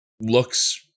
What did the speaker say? looks